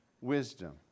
wisdom